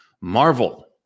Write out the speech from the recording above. Marvel